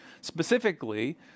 specifically